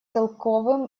целковым